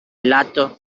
laptop